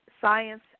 science